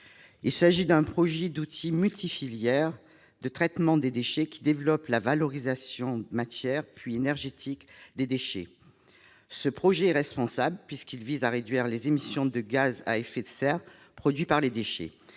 la Réunion. Ce projet d'outil multifilières de traitement des déchets, qui développe la valorisation matière puis énergétique des déchets, est responsable puisqu'il vise à réduire les émissions de gaz à effet de serre produit par les déchets.